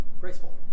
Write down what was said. graceful